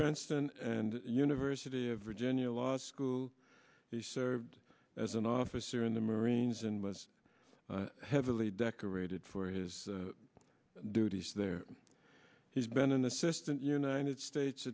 princeton and university of virginia law school he served as an officer in the marines and was heavily decorated for his duties there he's been in the system united states